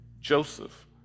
Joseph